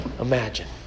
imagine